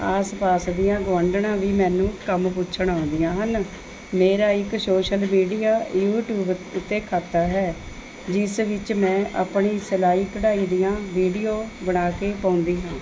ਆਸ ਪਾਸ ਦੀਆਂ ਗੁਆਂਢਣਾਂ ਵੀ ਮੈਨੂੰ ਕੰਮ ਪੁੱਛਣ ਆਉਂਦੀਆਂ ਹਨ ਮੇਰਾ ਇੱਕ ਸ਼ੋਸ਼ਲ ਮੀਡੀਆ ਯੂਟਿਊਬ ਉੱਤੇ ਖਾਤਾ ਹੈ ਜਿਸ ਵਿੱਚ ਮੈਂ ਆਪਣੀ ਸਿਲਾਈ ਕਢਾਈ ਦੀਆਂ ਵੀਡੀਓ ਬਣਾ ਕੇ ਪਾਉਂਦੀ ਹਾਂ